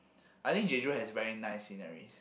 I think Jeju has very nice sceneries